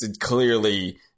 clearly